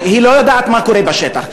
היא לא יודעת מה קורה בשטח.